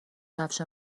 کفش